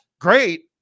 great